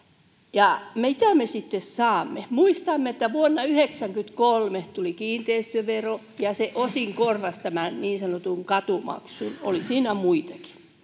ja mitä me sitten saamme muistamme että vuonna yhdeksänkymmentäkolme tuli kiinteistövero ja se osin korvasi tämän niin sanotun katumaksun oli siinä muitakin